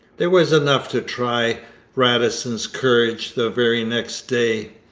there was enough to try radisson's courage the very next day.